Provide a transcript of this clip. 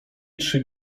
trzy